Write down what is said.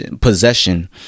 possession